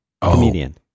comedian